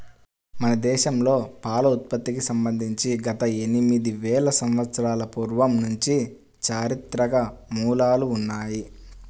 మన దేశంలో పాల ఉత్పత్తికి సంబంధించి గత ఎనిమిది వేల సంవత్సరాల పూర్వం నుంచి చారిత్రక మూలాలు ఉన్నాయి